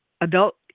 adult